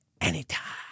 Anytime